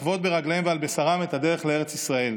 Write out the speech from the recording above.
לחוות ברגליהם ועל בשרם את הדרך לארץ ישראל.